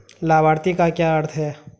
लाभार्थी का क्या अर्थ है?